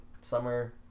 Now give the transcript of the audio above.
summer